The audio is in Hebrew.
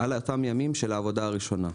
על אותם ימים של העבודה הראשונה.